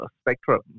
spectrum